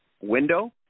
window